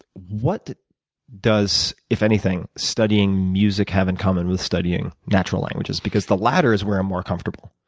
what does, if anything, studying music have in common with studying natural languages? because the latter is where i'm more comfortable,